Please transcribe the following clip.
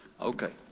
Okay